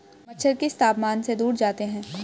मच्छर किस तापमान से दूर जाते हैं?